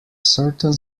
certain